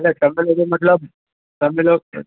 એટલે તમે લોકો મતલબ તમે લોક